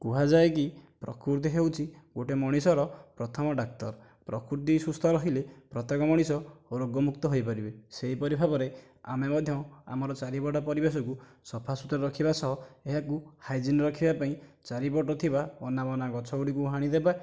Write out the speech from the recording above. କୁହାଯାଏ କି ପ୍ରକୃତି ହେଉଛି ଗୋଟିଏ ମଣିଷର ପ୍ରଥମ ଡାକ୍ତର ପ୍ରକୃତି ସୁସ୍ଥ ରହିଲେ ପ୍ରତ୍ୟେକ ମଣିଷ ରୋଗମୁକ୍ତ ହୋଇପାରିବେ ସେହିପରି ଭାବେ ଆମେ ମଧ୍ୟ ଆମର ଚାରିପଟ ପରିବେଶକୁ ସଫାସୁତୁରା ରଖିବା ସହ ଏହାକୁ ହାଇଜିନ ରଖିବା ପାଇଁ ଚାରିପଟେ ଥିବା ଅନାବନା ଗଛଗୁଡ଼ିକୁ ହାଣି ଦେବା